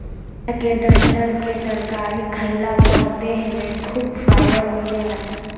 केला के डंठल के तरकारी खइला पर देह में खूब फाइबर मिलेला